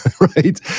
right